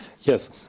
Yes